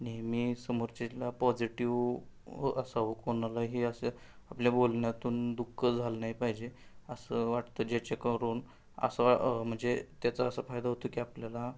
नेहमी समोरच्याला पॉझिटिव्ह असावं कोणालाही असं आपल्या बोलण्यातून दुःख झालं नाही पाहिजे असं वाटतं ज्याच्याकरून असा म्हणजे त्याचा असा फायदा होतो की आपल्याला